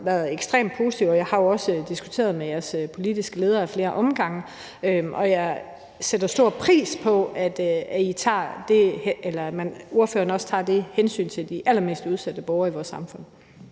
været ekstremt positive, og jeg har også diskuteret det med jeres politiske leder ad flere omgange, og jeg sætter stor pris på, at ordføreren tager det hensyn til de allermest udsatte borgere i vores samfund.